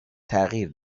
تغییر